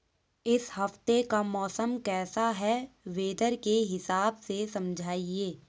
इस हफ्ते का मौसम कैसा है वेदर के हिसाब से समझाइए?